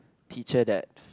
teacher that